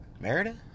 Merida